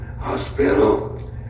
hospital